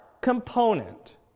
component